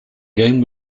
game